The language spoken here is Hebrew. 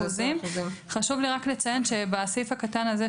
20%. 20%. חשוב לי לציין שבסעיף הקטן הזה,